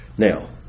Now